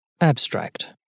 Abstract